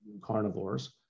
carnivores